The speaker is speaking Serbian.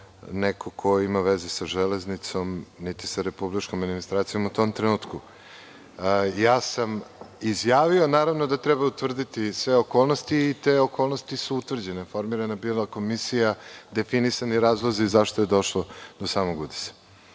neko ko ima veze sa železnicom, niti sa republičkom administracijom, u tom trenutku. Izjavio sam, naravno da treba utvrditi sve okolnosti, i te okolnosti su utvrđene. Formirana je bila komisija, definisani razlozi zašto je došlo do samog